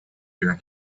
hear